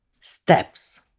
steps